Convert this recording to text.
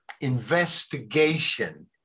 investigation